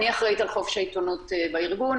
אני אחראית על חופש העיתונות בארגון.